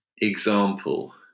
example